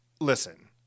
listen